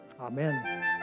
Amen